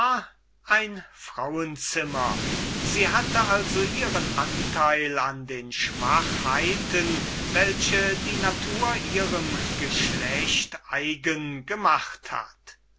ein frauenzimmer und hatte also ihren anteil an den schwachheiten welche die natur ihrem geschlecht eigen gemacht hat